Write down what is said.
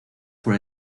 por